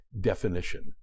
definition